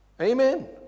Amen